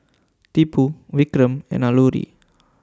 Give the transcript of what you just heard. Tipu Vikram and Alluri